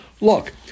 Look